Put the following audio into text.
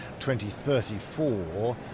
2034